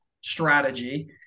strategy